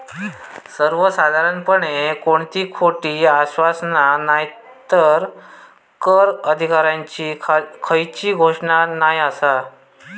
सर्वसाधारणपणे कोणती खोटी आश्वासना नायतर कर अधिकाऱ्यांची खयली घोषणा नाय आसा